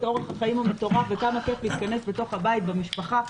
אורח החיים המטורף וכמה כיף להתכנס בתוך הבית במשפחה,